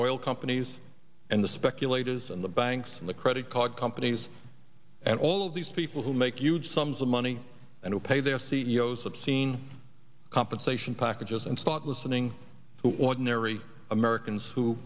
oil companies and the speculators and the banks and the credit card companies and all of these people who make huge sums of money and who pay their c e o s obscene compensation packages and start listening to ordinary americans who